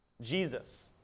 Jesus